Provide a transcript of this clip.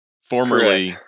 formerly